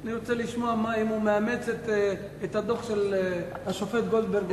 אני רוצה לשמוע אם הוא מאמץ את הדוח של השופט גולדברג או לא.